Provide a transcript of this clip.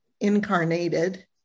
incarnated